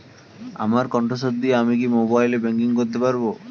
আমার কন্ঠস্বর দিয়ে কি আমি মোবাইলে ব্যাংকিং করতে পারবো?